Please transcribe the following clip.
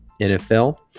NFL